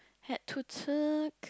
had to tuck